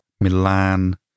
Milan